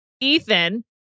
Ethan